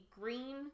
green